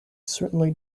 certainly